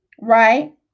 right